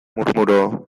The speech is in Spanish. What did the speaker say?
murmuró